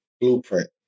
blueprint